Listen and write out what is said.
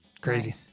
Crazy